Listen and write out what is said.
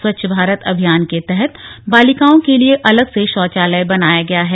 स्वच्छ भारत अभियान के तहत बालिकाओं के लिए अलग से शौचालय बनाया गया है